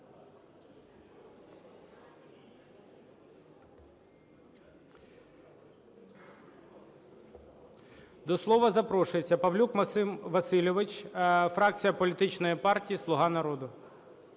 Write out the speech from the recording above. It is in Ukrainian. До слова запрошується Павлюк Максим Васильович, фракція політичної партії "Слуга народу".